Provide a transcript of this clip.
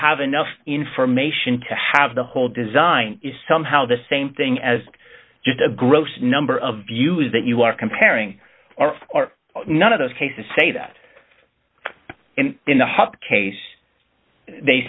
have enough information to have the whole design is somehow the same thing as just a gross number of views that you are comparing are are none of those cases say that in the hope case they